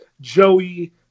Joey